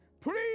Please